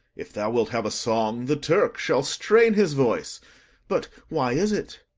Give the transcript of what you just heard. if thou wilt have a song, the turk shall strain his voice but why is it?